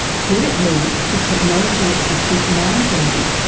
could it lead to technology assisted mind reading?